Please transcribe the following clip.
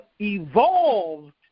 evolved